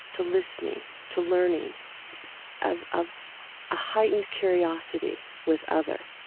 to listening, to learning of, of a heightened curiosity with other.